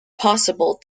possible